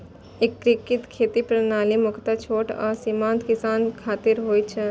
एकीकृत खेती प्रणाली मुख्यतः छोट आ सीमांत किसान खातिर होइ छै